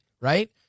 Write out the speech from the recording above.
Right